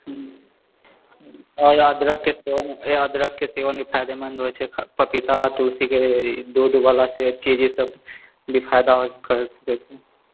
आओर अदरकके सेहो फायदेमन्द होइ छै पपीता तुलसीके दूधवला चीज ई सब भी फायदा करि सकै छै